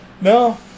No